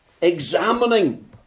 examining